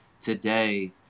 today